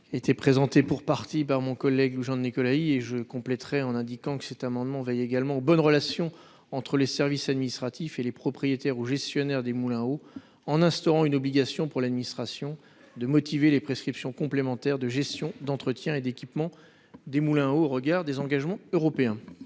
était présenté pour partie par mon collègue Jean de Nicolas il est je compléterai en indiquant que cet amendement veillent également aux bonnes relations entre les services administratifs et les propriétaires ou gestionnaires des moulins à eau en instaurant une obligation pour l'administration de motiver les prescriptions complémentaires de gestion, d'entretien et d'équipement des Moulins, au regard des engagements européens,